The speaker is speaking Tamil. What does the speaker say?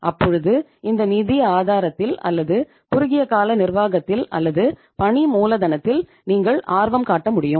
அப்பொழுது இந்த நிதி ஆதாரத்தில் அல்லது குறுகிய கால நிர்வாகத்தில் அல்லது பணி மூலதனத்தில் நீங்கள் ஆர்வம் காட்ட முடியும்